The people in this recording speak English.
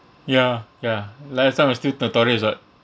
ya ya last time was still tutorials [what]